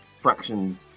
Fractions